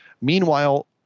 meanwhile